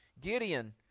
Gideon